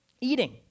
Eating